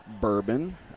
Bourbon